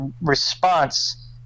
response